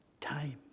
time